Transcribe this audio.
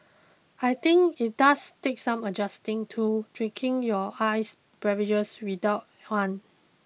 I think it does take some adjusting to drinking your iced beverages without one